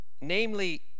namely